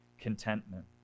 contentment